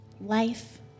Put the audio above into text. Life